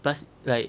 plus like